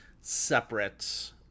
separate